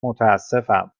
متاسفم